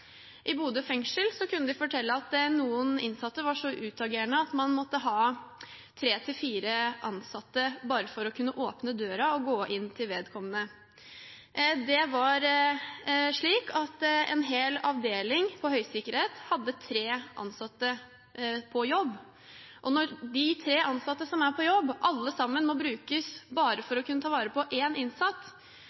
til Bodø. I Bodø fengsel kunne de fortelle at noen innsatte var så utagerende at man måtte ha tre til fire ansatte bare for å kunne åpne døren og gå inn til vedkommende. En hel avdeling på høysikkerhet hadde tre ansatte på jobb. Når de tre ansatte som er på jobb, alle sammen må brukes bare for å kunne ta vare på